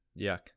Yuck